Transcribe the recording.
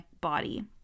body